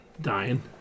Dying